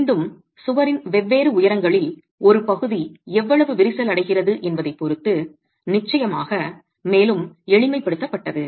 மீண்டும் சுவரின் வெவ்வேறு உயரங்களில் ஒரு பகுதி எவ்வளவு விரிசல் அடைகிறது என்பதைப் பொறுத்து நிச்சயமாக மேலும் எளிமைப்படுத்தப்பட்டது